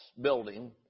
building